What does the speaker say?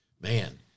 Man